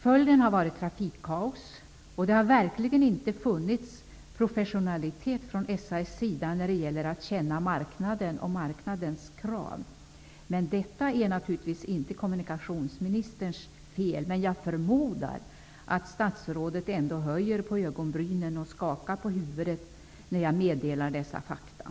Följden har blivit trafikkaos, och SAS har verkligen inte visat prov på någon professionalitet när det gäller att känna marknaden och marknadens krav. Detta är naturligtvis inte kommunikationsministerns fel, men jag förmodar att statsrådet ändå höjer på ögonbrynen och skakar på huvudet när jag meddelar dessa fakta.